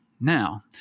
Now